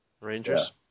Rangers